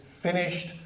finished